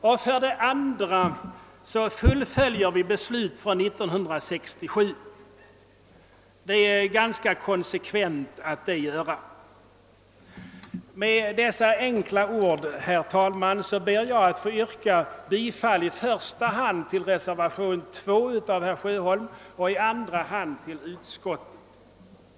Och det andra argumentet är att vi fullföljer ett beslut från 1967. Det är ganska konsekvent att göra det. Med dessa enkla ord, herr talman, ber jag att få yrka bifall i första hand till reservation 2 av herr Sjöholm och i andra hand till utskottets förslag.